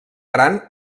gran